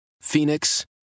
Phoenix